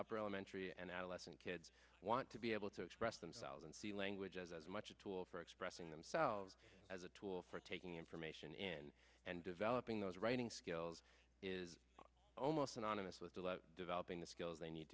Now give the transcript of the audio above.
upper elementary and adolescent kids want to be able to express themselves and see language as as much a tool for expressing themselves as a tool for taking information in and developing those writing skills is almost synonymous with developing the skills they need